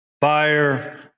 fire